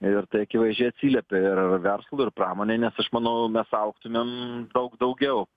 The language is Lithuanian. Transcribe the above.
ir tai akivaizdžiai atsiliepia ir verslui ir pramonei nes aš manau mes augtumėm daug daugiau